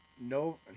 No